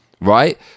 right